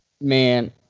Man